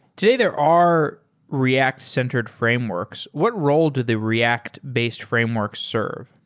today there are react-centered frameworks. what role did the react-based frameworks serve?